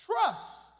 Trust